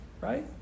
right